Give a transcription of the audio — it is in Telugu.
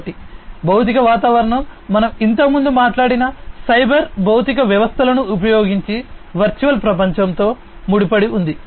కాబట్టి భౌతిక వాతావరణం మనం ఇంతకుముందు మాట్లాడిన సైబర్ భౌతిక వ్యవస్థలను ఉపయోగించి వర్చువల్ ప్రపంచంతో ముడిపడి ఉంది